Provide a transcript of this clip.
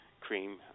cream